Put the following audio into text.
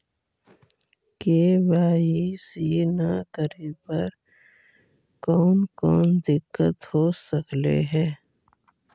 KYC न करे पर कौन कौन दिक्कत हो सकले हे?